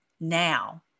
now